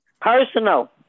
Personal